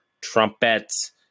trumpets